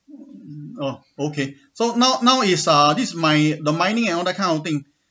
oh okay so now now is uh this my the mining and all that kind of thing